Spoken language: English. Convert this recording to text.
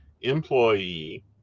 employee